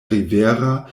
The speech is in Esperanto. rivera